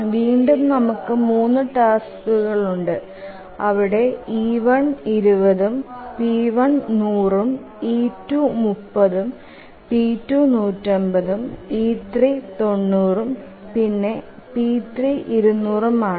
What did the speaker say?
വീണ്ടും നമുക്ക് 3 ടാസ്കുകൾ ഉണ്ട് അവിടെ e120ഉം p1100ഉം e230ഉം p2150ഉം e390ഉം പിന്നെ p3200ഉം ആണ്